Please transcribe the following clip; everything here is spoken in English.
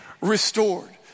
Restored